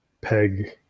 PEG